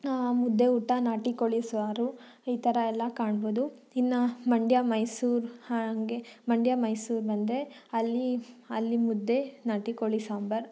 ಮುದ್ದೆ ಊಟ ನಾಟಿಕೋಳಿ ಸಾರು ಈ ಥರ ಎಲ್ಲಾ ಕಾಣ್ಬೋದು ಇನ್ನು ಮಂಡ್ಯ ಮೈಸೂರು ಹಾಗೆ ಮಂಡ್ಯ ಮೈಸೂರು ಬಂದರೆ ಅಲ್ಲಿ ಅಲ್ಲಿ ಮುದ್ದೆ ನಾಟಿಕೋಳಿ ಸಾಂಬಾರು